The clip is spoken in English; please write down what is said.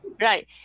Right